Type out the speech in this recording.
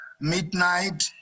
midnight